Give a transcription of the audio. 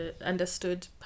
understood